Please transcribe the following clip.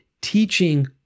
teaching